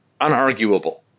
unarguable